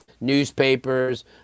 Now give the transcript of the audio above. newspapers